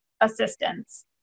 assistance